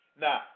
Now